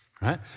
Right